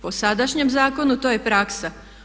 Po sadašnjem zakonu to je praksa.